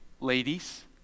ladies